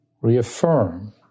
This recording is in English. reaffirm